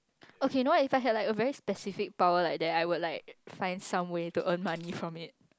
okay you know what if I had like a very specific power like that I would like find some way to earn money from it